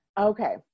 okay